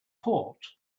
port